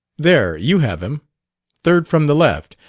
there you have him third from the left,